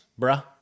Bruh